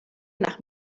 nach